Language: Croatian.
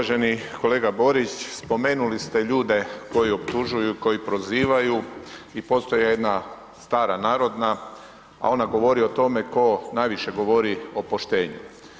Uvaženi kolega Borić, spomenuli ste ljude koji optužuju, koji prozivaju i postoji jedna stara narodna a ona govori o tome ko najviše govori o poštenju.